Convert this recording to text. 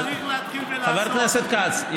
חבר הכנסת כץ,